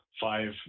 five